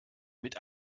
mit